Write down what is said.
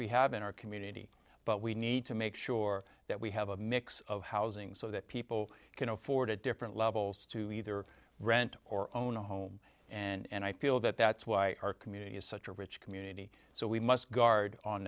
we have in our community but we need to make sure that we have a mix of housing so that people can afford at different levels to either rent or own a home and i feel that that's why our community is such a rich community so we must guard on